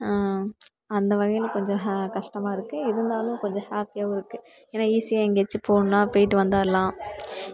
அந்த வகையில கொஞ்சம் ஹா கஷ்டமாக இருக்கு இருந்தாலும் கொஞ்சம் ஹாப்பியாகவும் இருக்கு ஏன்னா ஈஸியாக எங்கேயாச்சும் போகணுன்னா போயிவிட்டு வந்துரலாம்